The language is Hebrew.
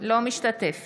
אינו משתתף